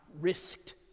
risked